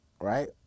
right